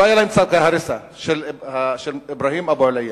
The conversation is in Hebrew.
לא היה להם צו הריסה לאברהים אבו עליאן,